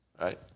right